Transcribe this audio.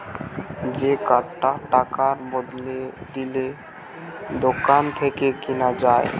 যে কার্ডটা টাকার বদলে দিলে দোকান থেকে কিনা যায়